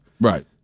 Right